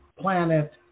planet